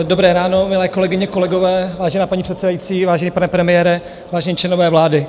Dobré ráno, milé kolegyně, kolegové, vážená paní předsedající, vážený pane premiére, vážení členové vlády.